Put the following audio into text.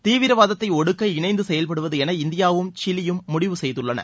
தீவிரவாதத்தை ஒடுக்க இணைந்து செயல்படுவது என இந்தியாவும் சிலியும் முடிவு செய்துள்ளன